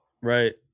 Right